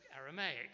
Aramaic